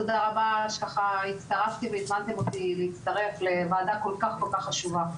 תודה רבה שככה הצטרפתי והזמנתם אותי להצטרף לוועדה כל כך חשובה.